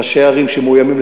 ראשי ערים שמאוימים,